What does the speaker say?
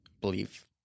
believe